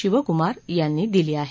शिवकुमार यांनी दिली आहे